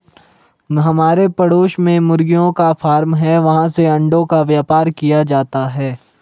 हमारे पड़ोस में मुर्गियों का फार्म है, वहाँ से अंडों का व्यापार किया जाता है